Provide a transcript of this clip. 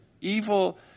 evil